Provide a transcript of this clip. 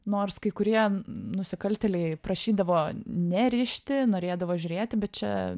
nors kai kurie nusikaltėliai prašydavo nerišti norėdavo žiūrėti bet čia